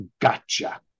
gotcha